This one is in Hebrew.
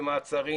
במעצרים,